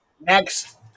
next